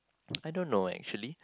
I don't know actually